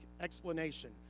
explanation